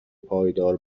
پایدار